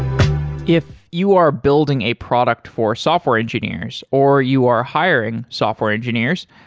if you are building a product for software engineers or you are hiring software engineers,